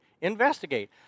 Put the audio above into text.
Investigate